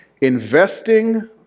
Investing